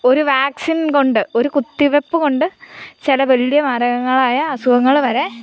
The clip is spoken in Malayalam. ഒരു വാക്സിൻ കൊണ്ട് ഒരു കുത്തിവെപ്പ് കൊണ്ട് ചില വലിയ മാരകങ്ങളായ അസുഖങ്ങൾ വരെ